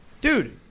dude